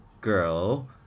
girl